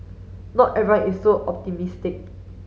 not everyone is so optimistic